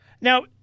Now